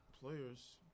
Players